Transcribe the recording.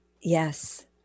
yes